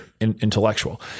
intellectual